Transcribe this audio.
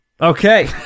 Okay